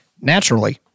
naturally